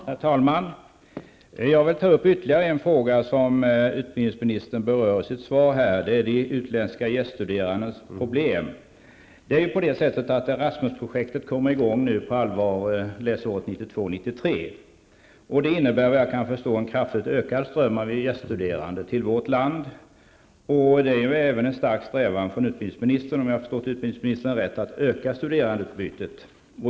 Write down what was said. Herr talman! Jag vill ta upp ytterligare en fråga som utbildningsministern berör i sitt svar, och det är de utländska gäststuderandes problem. Erasmus-projektet kommer nu i gång på allvar läsåret 1992/93, och det innebär en kraftigt ökad ström av gäststuderande till vårt land. Det är även en stark strävan från utbildningsministern, om jag har förstått honom rätt, att öka studerandeutbytet.